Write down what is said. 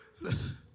listen